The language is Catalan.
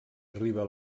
arriba